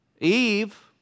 Eve